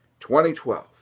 2012